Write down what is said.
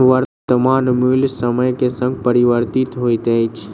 वर्त्तमान मूल्य समय के संग परिवर्तित होइत अछि